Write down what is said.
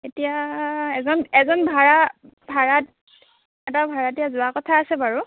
এতিয়া এজন এজন ভাড়া ভাড়া এটা ভাড়াতীয়া যোৱা কথা আছে বাৰু